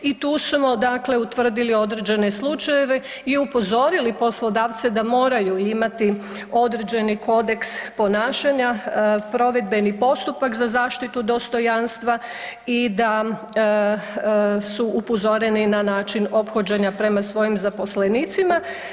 I tu smo utvrdili određene slučajeve i upozorili poslodavce da moraju imati određeni kodeks ponašanja, provedbeni postupak za zaštitu dostojanstva i da su upozoreni na način ophođenja prema svojim zaposlenicima.